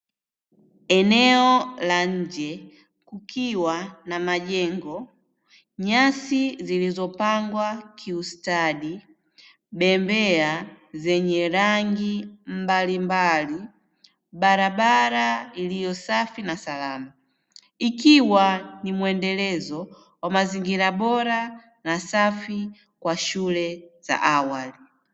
Eneo la nje kukiwa na majengo, nyasi zilizopangwa kiustadi, bembea zenye rangi mbalimbali, barabara iliyosafi na salama. Ikiwa ni mwendelezo wa mazingira bora na safi kwa shule za awali.